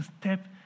step